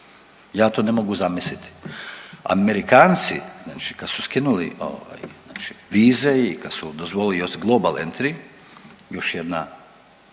Ja to ne mogu zamisliti. Amerikanci znači kad su skinuli znači vize i kad su dozvolili global entry još jedna